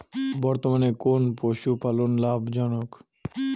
বর্তমানে কোন পশুপালন লাভজনক?